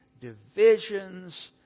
divisions